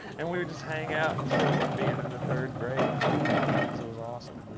and we would just hang out instead of me being in the third grade for a few minutes. it was awesome.